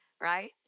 right